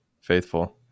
faithful